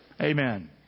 Amen